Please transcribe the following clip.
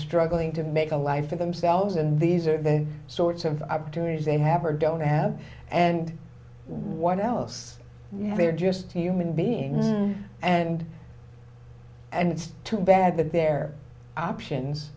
struggling to make a life for themselves and these are the sorts of opportunities they have or don't have and what else they're just a human being and and it's too bad that their options